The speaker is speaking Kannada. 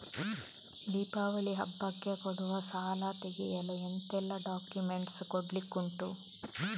ದೀಪಾವಳಿ ಹಬ್ಬಕ್ಕೆ ಕೊಡುವ ಸಾಲ ತೆಗೆಯಲು ಎಂತೆಲ್ಲಾ ಡಾಕ್ಯುಮೆಂಟ್ಸ್ ಕೊಡ್ಲಿಕುಂಟು?